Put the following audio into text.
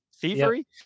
thievery